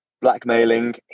blackmailing